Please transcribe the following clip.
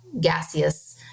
gaseous